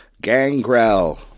Gangrel